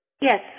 Yes